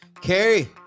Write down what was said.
Carrie